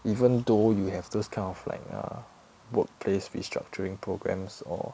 even though you have those kind of like err workplace restructuring programmes or